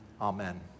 Amen